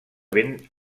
ben